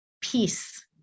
peace